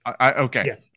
Okay